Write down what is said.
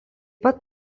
pat